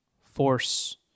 force